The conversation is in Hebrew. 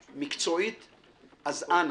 מקצועית, אז אנא.